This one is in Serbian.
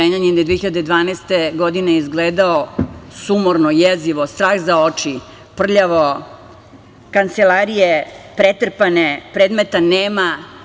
Zrenjanin je do 2012. godine izgledao sumorno, jezivo, strah za oči, prljavo, kancelarije pretrpane, predmeta nema.